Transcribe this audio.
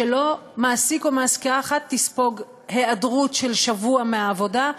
שלא מעסיק או מעסיקה אחת תספוג היעדרות של שבוע מהעבודה,